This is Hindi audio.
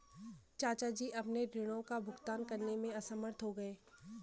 चाचा जी अपने ऋणों का भुगतान करने में असमर्थ हो गए